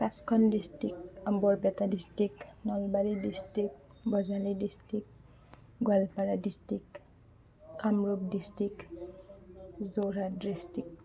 পাঁচখন district Barpeta district Nalbari district Bajali district Goalpara district Kamrup district Jorhat district